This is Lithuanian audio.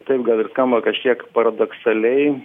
taip gal ir skamba kažkiek paradoksaliai